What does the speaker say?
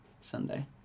Sunday